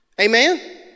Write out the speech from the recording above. Amen